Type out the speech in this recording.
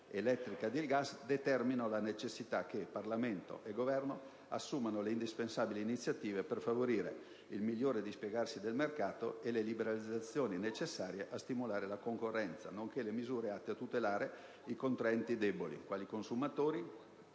elettrica e del gas, determinano la necessità che Parlamento e Governo assumano le indispensabili iniziative per favorire il migliore dispiegarsi del mercato e le liberalizzazioni necessarie a stimolare la concorrenza, nonché le misure atte a tutelare i contraenti deboli quali i consumatori,